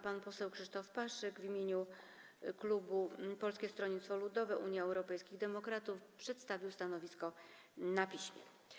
Pan poseł Krzysztof Paszyk w imieniu klubu Polskiego Stronnictwa Ludowego - Unii Europejskich Demokratów przedstawił stanowisko na piśmie.